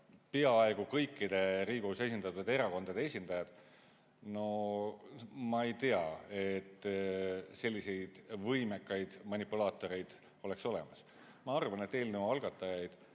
peaaegu kõikide Riigikogus esindatud erakondade esindajad – no ma ei tea, et selliseid võimekaid manipulaatoreid oleks olemas. Ma arvan, et eelnõu algatajaid